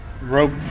rope